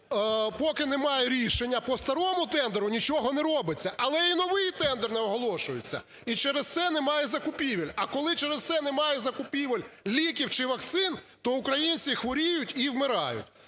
поки немає рішення по старому тендеру, нічого не робиться, але і новий тендер не оголошується, і через це немає закупівель. А коли через це немає закупівель, ліків чи вакцин, то українці хворіють і вмирають.